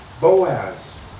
Boaz